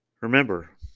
Remember